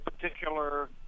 particular